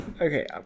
Okay